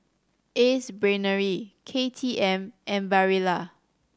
Ace Brainery K T M and Barilla